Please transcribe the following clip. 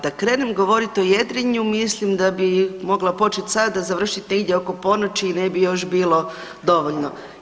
Da krenem govoriti o jedrenju mislim da bi mogla početi sada, a završiti negdje oko ponoći i ne bi još bilo dovoljno.